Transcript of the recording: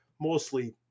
mostly